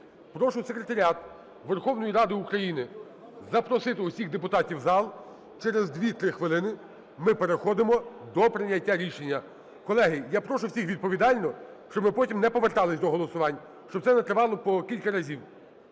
Прошу Секретаріат Верховної Ради України запросити усіх депутатів в зал. Через 2-3 хвилини ми переходимо до прийняття рішення. Колеги, я прошу всіх відповідально, щоб ми потім не повертались до голосувань, щоб це не тривало по кілька разів.